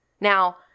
Now